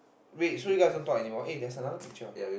wait so you guys don't talk anymore eh there's another picture